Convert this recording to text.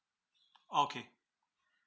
okay